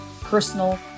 personal